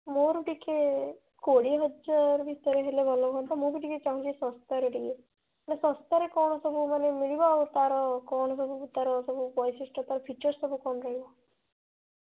ମୋର ଟିକିଏ କୋଡ଼ିଏ ହଜାର ଭିତରେ ହେଲେ ଭଲ ହୁଅନ୍ତା ମୁଁ ବି ଟିକିଏ ଚାହୁଁଛି ଶସ୍ତାରେ ଟିକିଏ ମାନେ ଶସ୍ତାରେ କ'ଣ ସବୁ ମାନେ ମିଳିବ ଆଉ ତାର କ'ଣ ସବୁ ତାର ସବୁ ବୈଶିଷ୍ଟ୍ୟ ତାର ଫିଚର୍ସ ସବୁ କ'ଣ ରହିବ